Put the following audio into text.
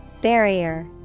Barrier